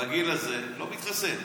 ילד בגיל הזה לא מתחסן.